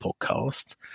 podcast